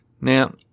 Now